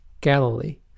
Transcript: Galilee